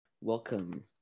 Welcome